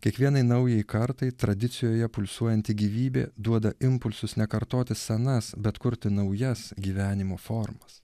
kiekvienai naujai kartai tradicijoje pulsuojanti gyvybė duoda impulsus ne kartoti senas bet kurti naujas gyvenimo formas